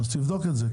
אני מבקש שתבדוק את זה,